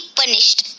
punished